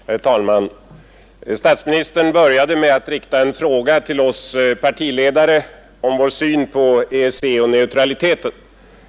Herr talman! Statsministern började med att rikta en fråga till oss partiledare om vår syn på EEC och neutraliteten.